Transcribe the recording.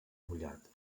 mullat